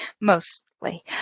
Mostly